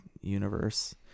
universe